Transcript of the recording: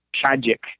tragic